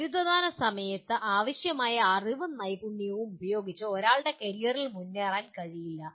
ബിരുദദാന സമയത്ത് ആവശ്യമായ അറിവും നൈപുണ്യവും ഉപയോഗിച്ച് ഒരാളുടെ കരിയറിൽ മുന്നേറാൻ കഴിയില്ല